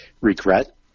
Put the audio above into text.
regret